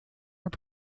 are